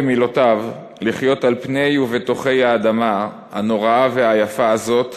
במילותיו: "לחיות על פני ובתוכי האדמה הנוראה והיפה הזאת",